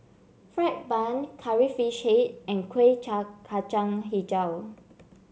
fried bun curry fish and Kueh Kacang hijau